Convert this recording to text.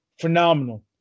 phenomenal